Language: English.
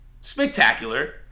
spectacular